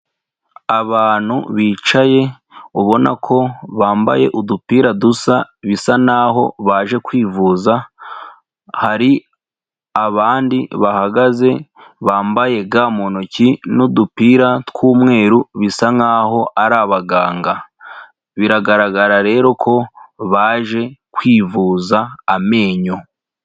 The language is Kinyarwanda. Abantu bicaye ubona ko bambaye udupira dusa, bisa naho baje kwivuza, hari abandi bahagaze bambaye ga mu ntoki n'udupira tw'umweru bisa nkaho ari abaganga, biragaragara rero ko baje kwivuza amenyo.